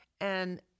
and-